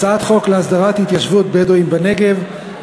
הצעת חוק להסדרת התיישבות בדואים בנגב,